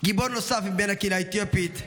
גיבור נוסף בן הקהילה האתיופית,